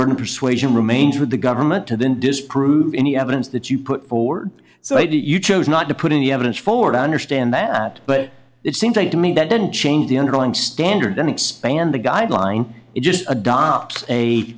burden of persuasion remains with the government to then disprove any evidence that you put forward so why do you chose not to put any evidence forward understand that but it seems to me that didn't change the underlying standard then expand the guideline it just adopt a